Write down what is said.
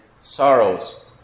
sorrow's